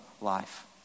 life